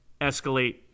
Escalate